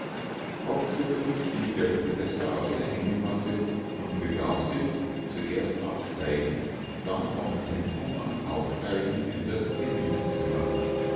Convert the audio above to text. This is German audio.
kopfschüttelnd stieg der professor aus der hängematte und begab sich zuerst absteigend dann vom zentrum an aufsteigend in das zenithzimmer